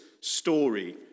story